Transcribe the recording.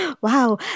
Wow